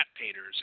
painters